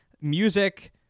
music